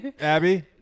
Abby